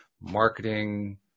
marketing